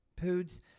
Poods